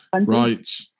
right